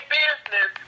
business